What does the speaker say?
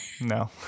no